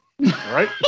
Right